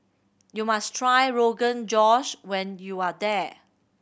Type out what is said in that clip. you must try Rogan Josh when you are here